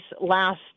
last